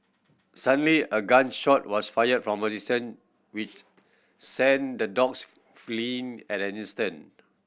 suddenly a gun shot was fired from a distance which sent the dogs fleeing at an instant